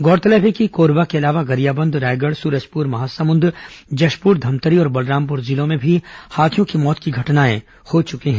गौरतलब है कि कोरबा के अलावा गरियाबंद रायगढ़ सूरजपुर महासमुंद जशपुर धमतरी और बलरामपुर जिलों में भी हाथियों की मौत की घटनाएं हो चुकी हैं